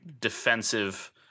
defensive